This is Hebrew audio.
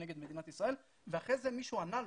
נגד מדינת ישראל ואחרי זה מישהו ענה לו,